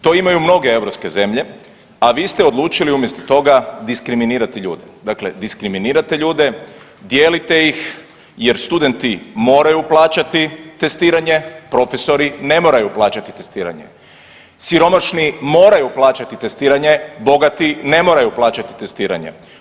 To imaju mnoge europske zemlje, a vi ste odlučili umjesto toga diskriminirati ljude, dakle diskriminirate ljude, dijelite ih jer studenti moraju plaćati testiranje, profesori ne moraju plaćati testiranje, siromašni moraju plaćati testiranje, bogati ne moraju plaćati testiranje.